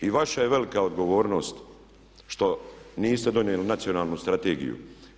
I vaša je velika odgovornost što niste donijeli Nacionalnu strategiju.